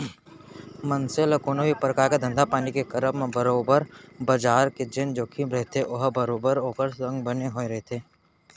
मनसे ल कोनो भी परकार के धंधापानी के करब म बरोबर बजार के जेन जोखिम रहिथे ओहा बरोबर ओखर संग बने होय रहिथे